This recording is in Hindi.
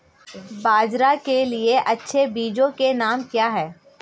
बाजरा के लिए अच्छे बीजों के नाम क्या हैं?